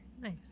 nice